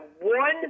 one